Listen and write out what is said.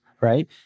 right